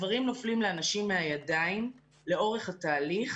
דברים נופלים לאנשים מהידיים לאורך התהליך